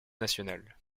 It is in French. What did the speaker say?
nationale